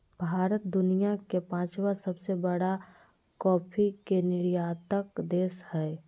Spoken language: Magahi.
भारत दुनिया के पांचवां सबसे बड़ा कॉफ़ी के निर्यातक देश हइ